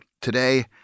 Today